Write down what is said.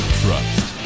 trust